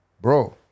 bro